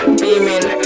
beaming